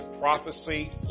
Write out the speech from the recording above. prophecy